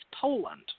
Poland